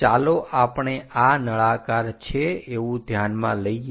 ચાલો આપણે આ નળાકાર છે એવું ધ્યાનમાં લઈએ